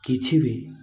କିଛି ବି